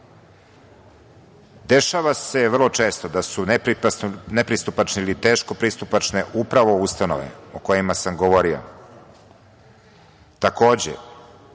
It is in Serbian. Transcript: se vrlo često da su nepristupačne ili teško pristupačne upravo ustanove o kojim sam govorio.